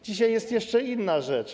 Dzisiaj jest jeszcze inna rzecz.